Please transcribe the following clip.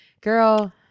girl